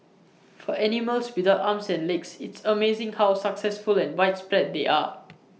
for animals without arms and legs it's amazing how successful and widespread they are